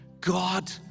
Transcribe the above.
God